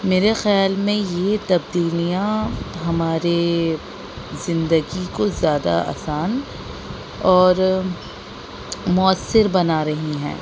میرے خیال میں یہ تبدیلیاں ہمارے زندگی کو زیادہ آسان اور مؤثر بنا رہی ہیں